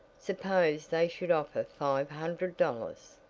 suppose they should offer five hundred dollars!